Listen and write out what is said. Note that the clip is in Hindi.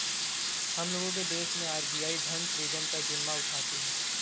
हम लोग के देश मैं आर.बी.आई धन सृजन का जिम्मा उठाती है